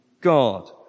God